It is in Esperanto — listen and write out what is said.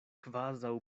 kvazaŭ